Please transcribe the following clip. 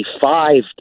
five